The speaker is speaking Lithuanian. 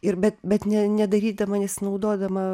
ir bet bet ne nedarydama nesinaudodama